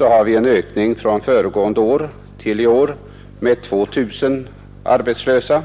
har vi från föregående år till i år fått en ökning med 2 000 arbetslösa.